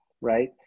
Right